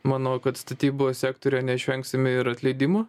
manau kad statybos sektoriuje neišvengsim ir atleidimų